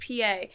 PA